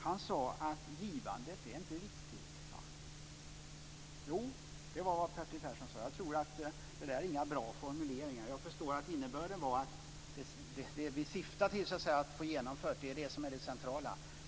Han sade att givandet inte är viktigt. Jag tror att det inte är bra formulerat men förstår att innebörden är att vad som är syftet att få genomfört är det centrala.